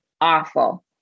awful